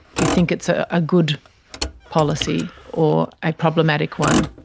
do you think it's ah a good policy or a problematic one?